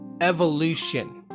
evolution